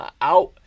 out